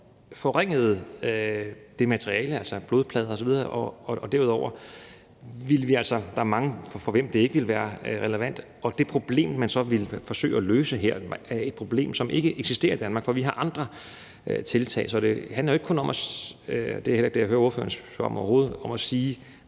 forringede materialet – altså blodplader osv. – og derudover ville der være mange, for hvem det ikke ville være relevant. Og det problem, man så ville forsøge at løse her, er et problem, som ikke eksisterer i Danmark, for vi har andre tiltag. Så det handler jo ikke kun – og det er overhovedet heller ikke det, jeg hører ordføreren sige – om at se,